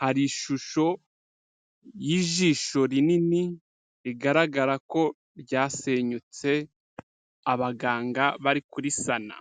hari ishusho y'ijisho rinini rigaragara ko ryasenyutse abaganga bari kurisana.